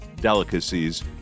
delicacies